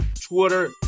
Twitter